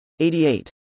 88